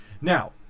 Now